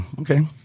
okay